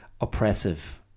oppressive